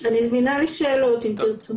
אני זמינה לשאלות, אם תרצו.